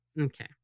Okay